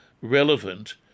relevant